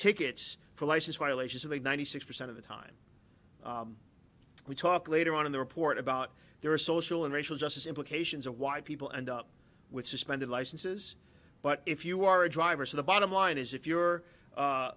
tickets for license violations in the ninety six percent of the time we talk later on in the report about their social and racial justice implications of why people end up with suspended licenses but if you are a driver so the bottom line is if you're